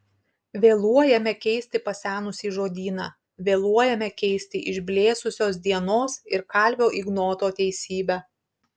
vėluojame keisti pasenusį žodyną vėluojame keisti išblėsusios dienos ir kalvio ignoto teisybę